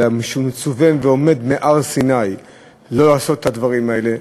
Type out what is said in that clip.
אלא משום שמצווה ועומד מהר-סיני שלא לעשות את הדברים האלה.